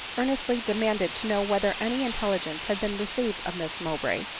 earnestly demanded to know whether any in telligence had been received of miss mowbray,